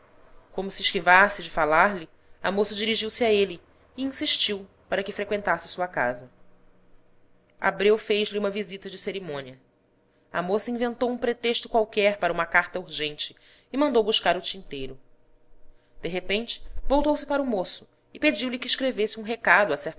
como se esquivasse de falar-lhe a moça dirigiuse a ele e insistiu para que freqüentasse sua casa abreu fez-lhe uma visita de cerimônia a moça inventou um pretexto qualquer para uma carta urgente e mandou buscar o tinteiro de repente voltou-se para o moço e pediu-lhe que escrevesse um recado